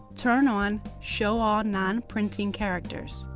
turn on show all non-printing characters.